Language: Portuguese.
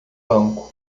banco